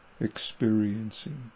Experiencing